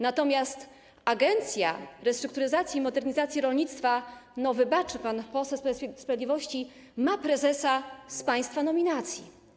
Natomiast Agencja Restrukturyzacji i Modernizacji Rolnictwa - niech wybaczy pan poseł z Prawa i Sprawiedliwości - ma prezesa z państwa nominacji.